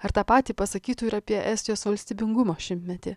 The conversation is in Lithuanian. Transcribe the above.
ar tą patį pasakytų ir apie estijos valstybingumo šimtmetį